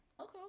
okay